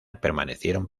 permanecieron